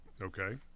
Okay